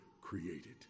created